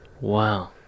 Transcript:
Wow